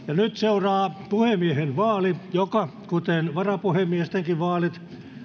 nyt seuraa puhemiehen vaali joka kuten varapuhemiestenkin vaalit